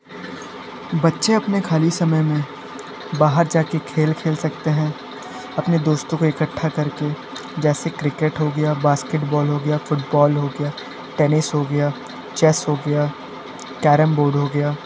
बच्चे अपने खाली समय में बाहर जा कर खेल खेल सकते हैं अपने दोस्तों को इकट्ठा कर कर जैसे क्रिकेट हो गया बास्केटबाल हो गया फुटबॉल हो गया टैनिस हो गया चेस हो गया कैरम बोर्ड हो गया